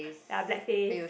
ya black face